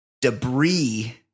debris